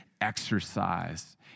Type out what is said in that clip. exercise